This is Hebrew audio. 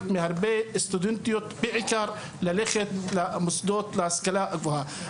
בעיקר מהרבה סטודנטיות ללכת למוסדות להשכלה גבוהה.